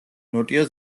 ნოტიო